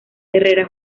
herrera